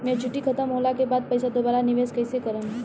Maturity खतम होला के बाद पईसा दोबारा निवेश कइसे करेम?